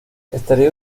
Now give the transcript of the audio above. estaría